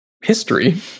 history